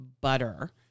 butter